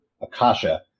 Akasha